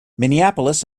minneapolis